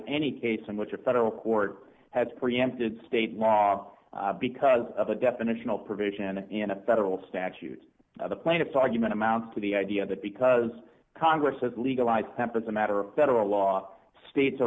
any case in which a federal court has preempted state law because of a definitional provision in a federal statute the plaintiff's argument amounts to the idea that because congress has legalized happens a matter of federal law states are